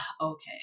okay